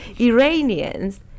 Iranians